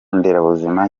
nderabuzima